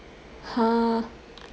!huh!